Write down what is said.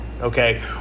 Okay